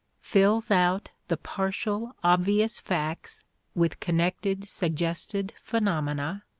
fills out the partial obvious facts with connected suggested phenomena,